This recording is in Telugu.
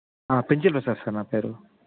పెంచిల్ ప్రసాద్ సార్ నా పేరు